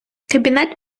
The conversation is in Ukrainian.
кабінет